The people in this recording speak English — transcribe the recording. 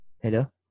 Hello